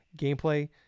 gameplay